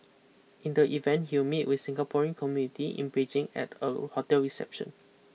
in the event he will meet with Singaporean community in Beijing at a hotel reception